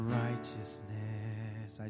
righteousness